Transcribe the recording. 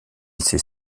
ses